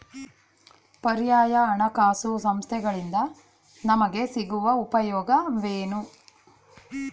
ಪರ್ಯಾಯ ಹಣಕಾಸು ಸಂಸ್ಥೆಗಳಿಂದ ನಮಗೆ ಸಿಗುವ ಉಪಯೋಗವೇನು?